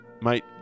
mate